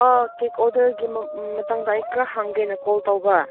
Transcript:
ꯑꯥ cake ꯑꯣꯗꯔꯒꯤ ꯃꯇꯥꯡꯗ ꯑꯩ ꯈꯔ ꯍꯪꯒꯦꯅ ꯀꯣꯜ ꯇꯧꯕ